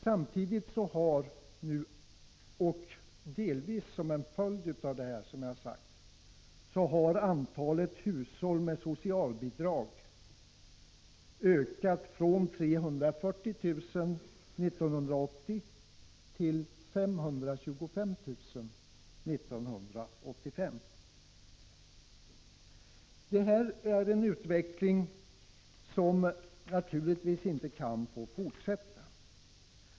Samtidigt har — delvis som en följd av här nämnda resultat — antalet hushåll som behöver socialbidrag ökat från 340 000 år 1980 till 525 000 år 1985. Naturligtvis kan den här utvecklingen inte få fortsätta.